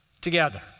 together